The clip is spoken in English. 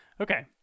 Okay